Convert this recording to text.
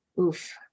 Oof